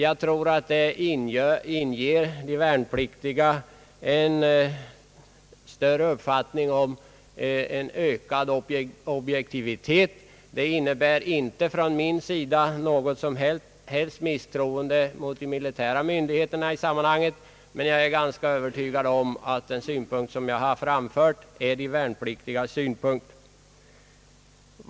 Jag tror också att det skulle inge de värnpliktiga en känsla av ökad objektivitet. Detta påstående innebär inte att jag på något sätt hyser misstroende mot de militära myndigheterna, men jag är ganska övertygad om att den synpunkt som jag har framfört också är de värnpliktigas synpunkt.